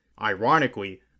Ironically